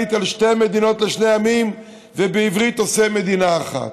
באנגלית על שתי מדינות לשני עמים ובעברית עושה מדינה אחת.